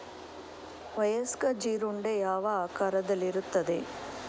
ವಯಸ್ಕ ಜೀರುಂಡೆ ಯಾವ ಆಕಾರದಲ್ಲಿರುತ್ತದೆ?